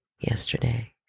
yesterday